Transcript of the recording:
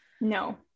no